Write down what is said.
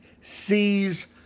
sees